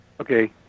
Okay